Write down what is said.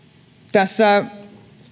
tässä